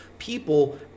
People